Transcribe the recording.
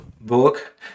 book